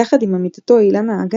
יחד עם עמיתתו אילנה אגט,